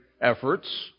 efforts